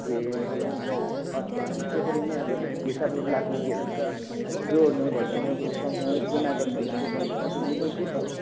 ए अच्छा त्यसरी नै अब हिसाबको क्लासमा के भन्छ जोड्नु घटाउनु सँगसँगै गुणा गर्नुहरू सिकाउँछ तिमीले बुझ्दैछौ